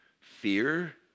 fear